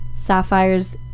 Sapphire's